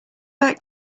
back